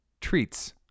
treats